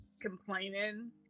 complaining